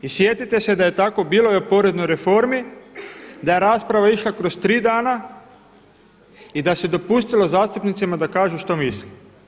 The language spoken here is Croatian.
I sjetite se da je tako bilo i o poreznoj reformi, da je rasprava išla kroz tri dana i da su dopustilo zastupnicima da kažu što misle.